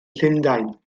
llundain